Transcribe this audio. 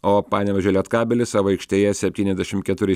o panevėžio lietkabelis savo aikštėje septyniasdešim keturi